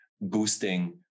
boosting